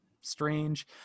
strange